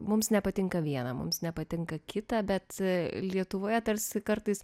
mums nepatinka viena mums nepatinka kita bet lietuvoje tarsi kartais